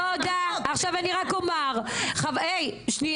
דבי, די.